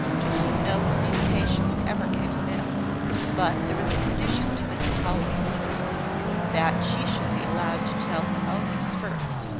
to whom no communication ever came amiss but there was a condition to mrs howell's listening that she should be allowed to tell her own news first.